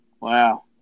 wow